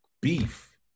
beef